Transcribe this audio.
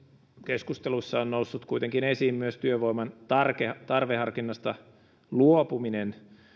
keskustelussa on noussut kuitenkin esiin myös työvoiman tarveharkinnasta luopuminen